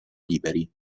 liberi